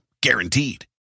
Guaranteed